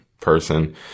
person